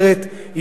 היא פוליטית,